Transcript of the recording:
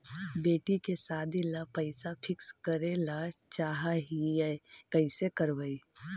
बेटि के सादी ल पैसा फिक्स करे ल चाह ही कैसे करबइ?